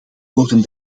worden